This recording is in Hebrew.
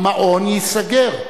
המעון ייסגר.